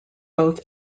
both